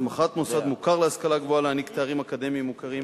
הסמכת מוסד מוכר להשכלה גבוהה להעניק תארים אקדמיים מוכרים,